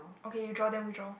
okay you draw then we draw